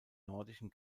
nordischen